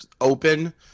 open